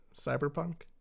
cyberpunk